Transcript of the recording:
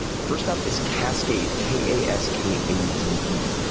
first up is kaskade, k a s k a d e.